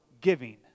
giving